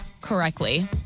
correctly